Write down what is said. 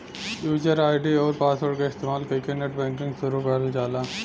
user ID आउर password क इस्तेमाल कइके नेटबैंकिंग शुरू करल जाला